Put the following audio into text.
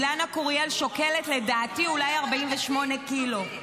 אילנה קוריאל שוקלת, לדעתי, אולי 48 קילו.